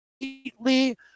completely